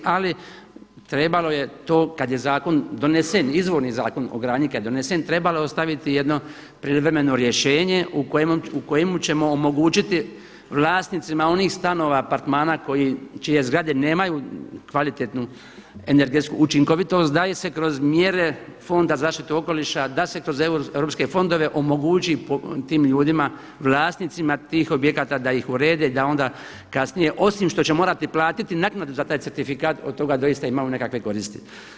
Ali trebalo je to kad je zakon donesen, izvorni zakon o grani kad je donesen trebalo je ostaviti jedno privremeno rješenje u kojemu ćemo omogućiti vlasnicima onih stanova, apartmana čije zgrade nemaju kvalitetnu energetsku učinkovitost daje se kroz mjere Fonda za zaštitu okoliša da se kroz europske fondove omogući tim ljudima, vlasnicima tih objekata da ih urede, da onda kasnije osim što će morati platiti naknadu za taj certifikat od toga doista imaju nekakve koristi.